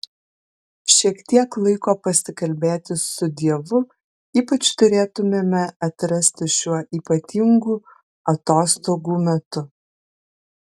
šiek tiek laiko pasikalbėti su dievu ypač turėtumėme atrasti šiuo ypatingu atostogų metu